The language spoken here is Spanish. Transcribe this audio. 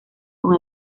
con